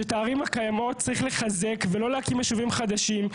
שאת הערים הקיימות צריך לחזק ולא להקים יישובים חדשים,